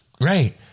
Right